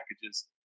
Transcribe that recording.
packages